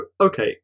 okay